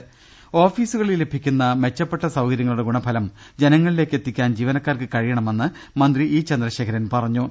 രുട്ടിട്ടിട്ടിട ഓഫീസുകളിൽ ലഭിക്കുന്ന മെച്ചപ്പെട്ട സൌകര്യങ്ങളുടെ ഗുണഫലം ജ നങ്ങളിലേക്ക് എത്തിക്കാൻ ജീവനക്കാർക്ക് കഴിയണമെന്ന് മന്ത്രി ഇ ചന്ദ്ര ശേഖരൻ പറഞ്ഞു